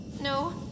No